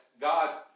God